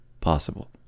possible